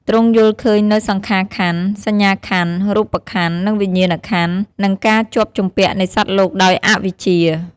ទ្រង់យល់ឃើញនូវសង្ខារខន្ធ សញ្ញាខន្ធ រូបខន្ធ និងវិញ្ញាណខន្ធ និងការជាប់ជំពាក់នៃសត្វលោកដោយអវិជ្ជា។